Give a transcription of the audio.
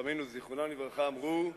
חכמינו זיכרונם לברכה אמרו: